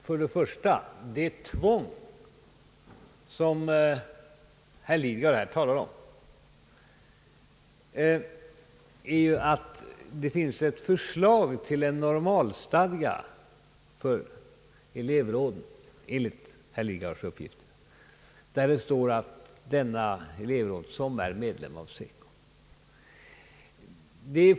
Herr talman! När herr Lidgard här talar om tvång uppger han att det finns ett förslag till normalstadga för elevråden med formuleringen »som är medlem av SECO».